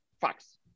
Facts